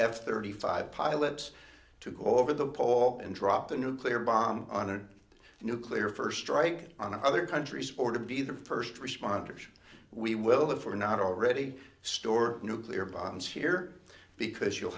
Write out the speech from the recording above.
f thirty five pilots to go over the pole and drop a nuclear bomb on a nuclear first strike on other countries or to be the first responders we will have for not already store nuclear bombs here because you